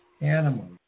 animals